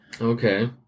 Okay